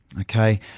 Okay